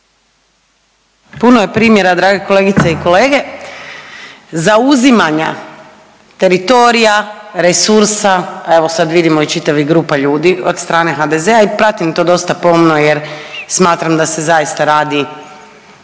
Puno je primjera drage kolegice i kolege zauzimanja teritorija, resursa, a evo sad vidimo i čitavih grupa ljudi od strane HDZ-a i pratim to dosta pomno jer smatram da se zaista radi